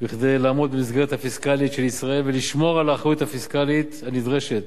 כדי לעמוד במסגרת הפיסקלית של ישראל ולשמור על האחריות הפיסקלית הנדרשת.